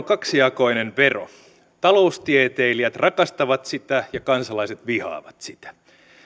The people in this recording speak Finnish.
kaksijakoinen vero taloustieteilijät rakastavat sitä ja kansalaiset vihaavat sitä